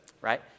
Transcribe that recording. right